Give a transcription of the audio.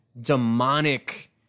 demonic